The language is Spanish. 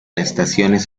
estaciones